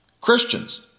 Christians